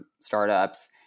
startups